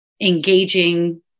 engaging